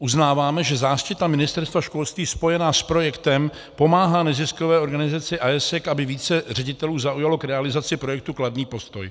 Uznáváme, že záštita Ministerstva školství spojená s projektem pomáhá neziskové organizaci AIESEC, aby více ředitelů zaujalo k realizaci projektu kladný postoj.